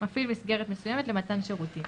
מפעיל מסגרת מסוימת למתן שירותים,